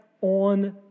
on